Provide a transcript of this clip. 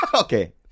okay